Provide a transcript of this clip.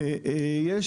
הכנרת,